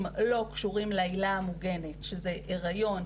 לא קשורים לעילה המוגנת שזה היריון,